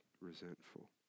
resentful